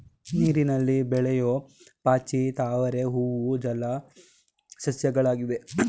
ನೀರಿನಲ್ಲಿ ಬೆಳೆಯೂ ಪಾಚಿ, ತಾವರೆ ಹೂವು ಜಲ ಸಸ್ಯಗಳಾಗಿವೆ